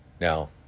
Now